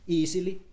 easily